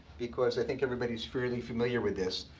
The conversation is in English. because i think everybody is fairly familiar with this.